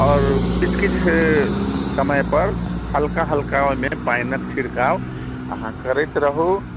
आओर किछु किछु समयपर हल्का हल्का ओहिमे पानिके छिड़काव अहाँ करैत रहू